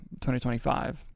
2025